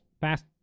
Fast